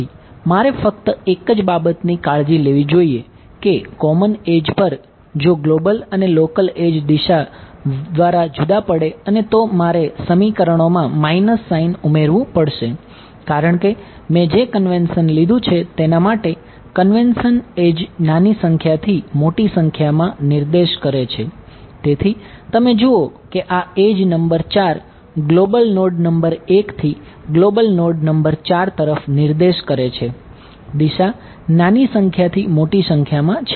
તેથી મારે ફક્ત એક જ બાબતની કાળજી લેવી જોઈએ કે કોમન એડ્જ નાની સંખ્યાથી મોટી સંખ્યામાં છે